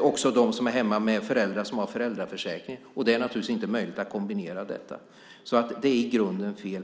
också de som är hemma med föräldrar som har föräldraförsäkring. Det är naturligtvis inte möjligt att kombinera detta. Det är i grunden fel.